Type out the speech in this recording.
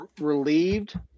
Relieved